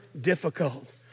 difficult